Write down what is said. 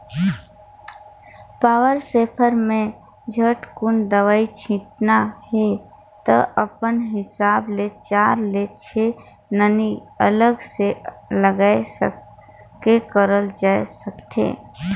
power sprayer में झटकुन दवई छिटना हे त अपन हिसाब ले चार ले छै नली अलग से लगाये के करल जाए सकथे